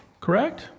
correct